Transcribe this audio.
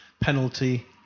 penalty